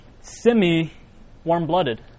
semi-warm-blooded